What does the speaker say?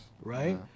right